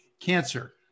cancer